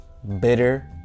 Bitter